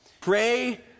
Pray